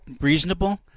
reasonable